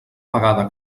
vegada